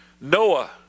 Noah